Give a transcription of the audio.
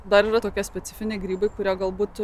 dar yra tokia specifiniai grybai kurie galbūt